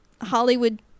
Hollywood